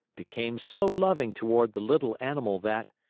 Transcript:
became so loving toward the little animal that,